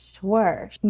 Sure